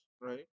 right